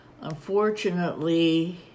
Unfortunately